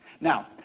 Now